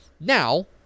Now